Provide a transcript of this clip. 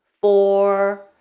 four